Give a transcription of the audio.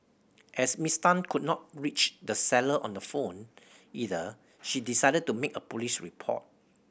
as Miss Tan could not reach the seller on the phone either she decided to make a police report